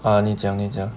啊你讲你讲